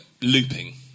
looping